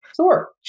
Sure